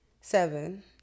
Seven